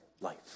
life